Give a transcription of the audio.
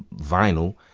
vinyl.